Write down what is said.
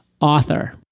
author